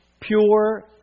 pure